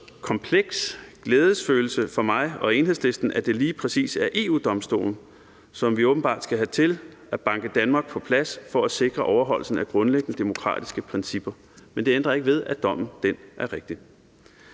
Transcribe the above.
noget kompleks glædesfølelse for mig og Enhedslisten, at det lige præcis er EU-Domstolen, som vi åbenbart skal have til at banke Danmark på plads for at sikre overholdelsen af grundlæggende demokratiske principper. Men det ændrer ikke ved, at dommen er rigtig.